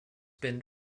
been